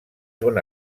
són